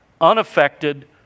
unaffected